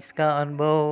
इसका अनुभव